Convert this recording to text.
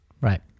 Right